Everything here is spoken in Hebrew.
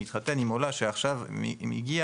מתחתן עם עולה שעכשיו הגיעה,